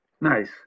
nice